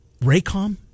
Raycom